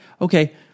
okay